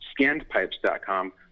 scannedpipes.com